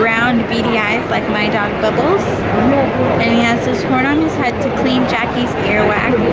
round beady eyes like my dog bubbles and he has this horn on his head to clean jackies earwax